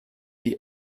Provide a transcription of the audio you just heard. die